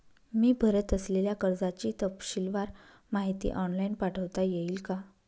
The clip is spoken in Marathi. मी भरत असलेल्या कर्जाची तपशीलवार माहिती ऑनलाइन पाठवता येईल का?